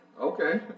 Okay